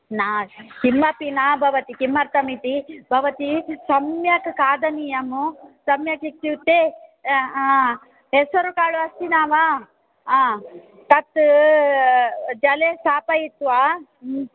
नास् किमपि न भवति किमर्तमिति भवती सम्यक् खादनीयम् सम्यक् इत्युक्ते हा हेसरुकाळु अस्ति न वा हा तत् जले स्थापयित्वा हा